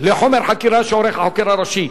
לחומר חקירה שעורך החוקר הראשי.